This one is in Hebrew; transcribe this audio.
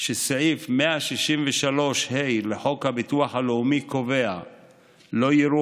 שבסעיף 163(ה) לחוק הביטוח הלאומי נקבע: "לא יראו